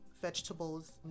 Vegetables